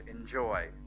enjoy